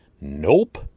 Nope